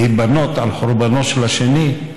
להיבנות על חורבנו של השני?